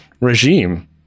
regime